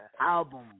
album